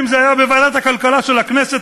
אם בוועדת הכלכלה של הכנסת,